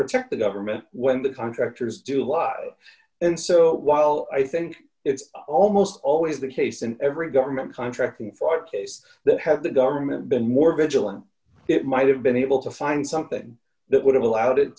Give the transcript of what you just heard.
protect the government when the contractors do lie and so while i think it's almost always the case and every government contracting for a case that had the government been more vigilant it might have been able to find something that would have allowed it